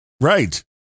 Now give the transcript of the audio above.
Right